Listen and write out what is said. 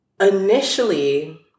initially